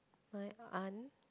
my aunt